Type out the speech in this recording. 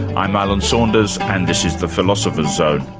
i'm alan saunders, and this is the philosopher's zone.